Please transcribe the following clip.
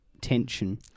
tension